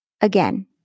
Again